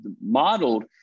modeled